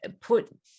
put